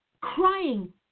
crying